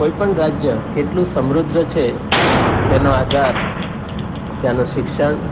કોઈ પણ રાજ્ય કેટલું સમૃદ્ધ છે તેનો આધાર ત્યાંનું શિક્ષણ